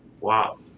Wow